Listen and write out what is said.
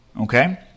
okay